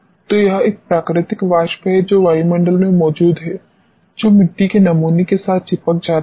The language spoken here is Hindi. तो यह एक प्राकृतिक वाष्प है जो वायुमंडल में मौजूद है जो मिट्टी के नमूने के साथ चिपक जाती है